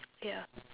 ya